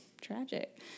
tragic